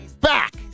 back